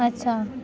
अच्छा